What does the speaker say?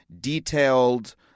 detailed